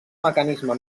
mecanisme